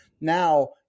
Now